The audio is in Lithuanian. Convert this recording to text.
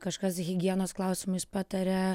kažkas higienos klausimais pataria